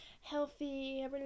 healthy